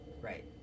Right